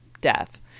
death